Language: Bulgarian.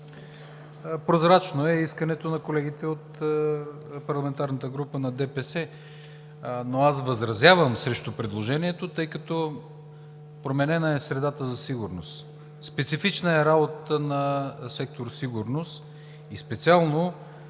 Прозрачно е искането на колегите от парламентарната група на ДПС, но аз възразявам срещу предложението, тъй като е променена средата за сигурност, специфична е работата на сектор „Сигурност“ и специално